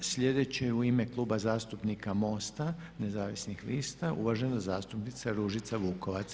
Sljedeći je u ime Kluba zastupnika MOST-a nezavisnih lista uvažena zastupnica Ružica Vukovac.